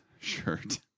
shirt